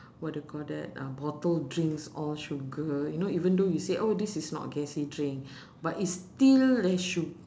what do you call that uh bottle drinks all sugar you know even though you said oh this is not gassy drink but it's still less sug~